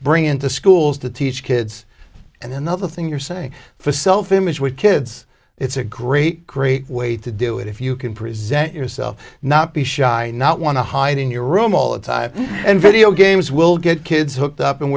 bring into schools to teach kids and another thing you're saying for self image with kids it's a great great way to do it if you can present yourself not be shy and not want to hide in your room all the time and video games will get kids hooked up and